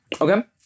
Okay